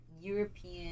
European